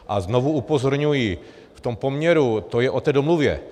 A znovu upozorňuji, v tom poměru, to je o té domluvě.